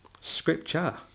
Scripture